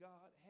God